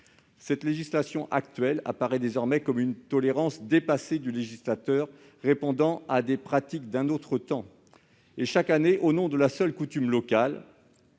Cette législation apparaît désormais comme une tolérance dépassée du législateur et correspond à des pratiques d'un autre temps. Chaque année, au nom de la seule coutume locale,